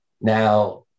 Now